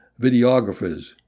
videographers